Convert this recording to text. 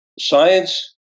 Science